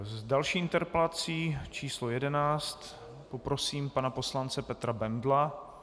S další interpelací číslo 11 poprosím pana poslance Petra Bendla.